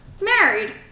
Married